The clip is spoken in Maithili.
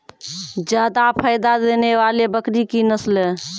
जादा फायदा देने वाले बकरी की नसले?